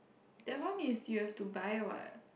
that one is you have to buy what